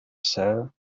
sir